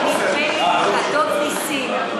נדמה לי, הדוד נסים.